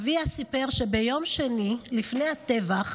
אביה סיפר שביום שני לפני הטבח